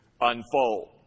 unfold